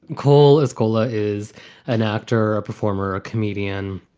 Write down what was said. call is cola is an actor, a performer, a comedian.